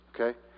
okay